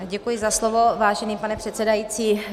Děkuji za slovo, vážený pane předsedající.